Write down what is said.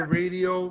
radio